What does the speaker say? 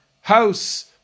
house